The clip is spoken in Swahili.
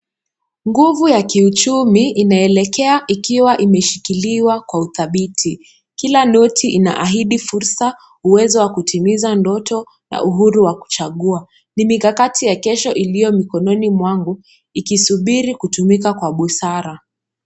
Nguvu ya kiuchumi inaelekea ikiwa imeshikiliwa kwa udhabiti. Kila noti inaahidi fursa, uwezo wa kutimiza ndoto na uhuru wa kuchagua. Ni mikakati ya kesho iliyo mikononi mwangu, ikisubiri kutumika kwa busara.